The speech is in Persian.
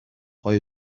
های